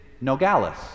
Nogales